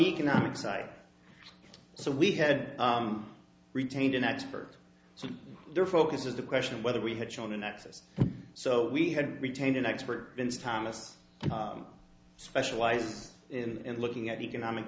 economic side so we had retained an expert so their focus is the question of whether we had children access so we had retained an expert since thomas specialize in looking at economic